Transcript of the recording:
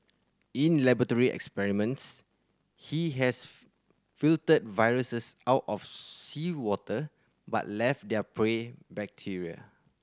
in laboratory experiments he has filtered viruses out of seawater but left their prey bacteria